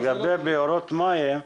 לגבי בארות מים,